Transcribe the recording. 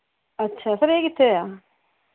ਅੱਛਾ ਫੇਰ ਇਹ ਕਿੱਥੇ ਹੈ